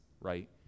right